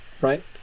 right